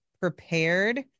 prepared